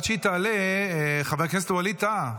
עד שהיא תעלה, חבר כנסת ווליד טאהא,